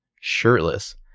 shirtless